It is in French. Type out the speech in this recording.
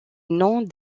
nom